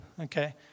Okay